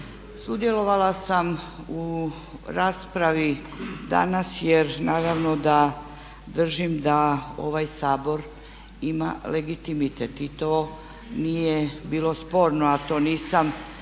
sudjelovala sam u raspravi danas jer naravno da držim da ovaj Sabor ima legitimitet i to nije bilo sporno a to nisam